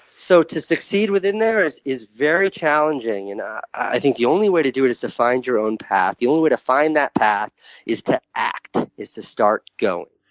so, to succeed within there is is very challenging. and i i think the only way to do it is to find your own path. the only way to find that path is to act, is to start going.